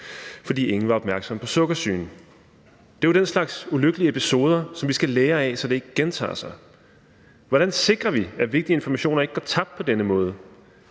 fordi ingen var opmærksomme på sukkersygen. Det er jo den slags ulykkelige episoder, som vi skal lære af, så de ikke gentager sig. Hvordan sikrer vi, at vigtige informationer ikke går tabt på denne måde?